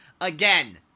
Again